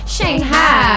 Shanghai